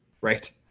right